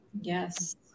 yes